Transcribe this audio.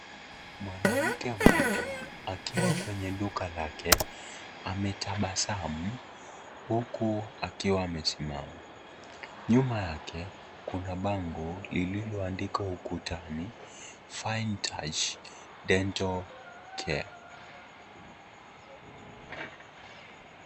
Mwanamke mmoja akiwa kwenye duka lake ametabasamu huku akiwa amesimama. Nyuma yake kuna bango lililoandikwa ukutani Fine Touch Dental Care .